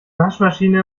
waschmaschine